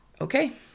okay